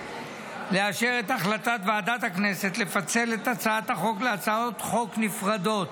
לאשר את החלטת ועדת הכנסת לפצל את הצעת החוק להצעות חוק נפרדות,